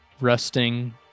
rusting